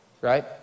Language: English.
right